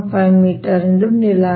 5 metre ಎಂದು ನೀಡಲಾಗಿದೆ